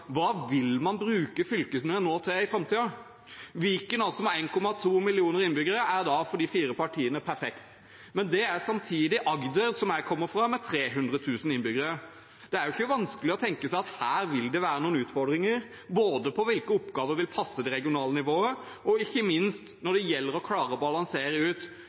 hva man nå vil bruke fylkene til i framtiden. Viken, med 1,2 millioner innbyggere, er for de fire partiene perfekt. Men det er samtidig Agder, som jeg kommer fra, med 300 000 innbyggere. Det er ikke vanskelig å tenke seg at her vil det være noen utfordringer når det gjelder hvilke oppgaver som vil passe det regionale nivået, og ikke minst når det gjelder å klare å balansere.